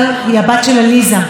זיכרונה לברכה,